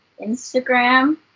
Instagram